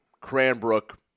Cranbrook